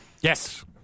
Yes